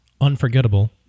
unforgettable